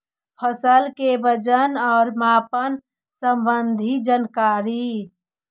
फसल के वजन और मापन संबंधी जनकारी?